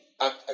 act